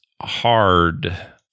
hard